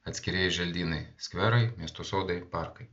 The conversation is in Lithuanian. atskirieji želdynai skverai miesto sodai ir parkai